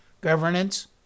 governance